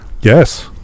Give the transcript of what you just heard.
yes